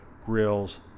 grills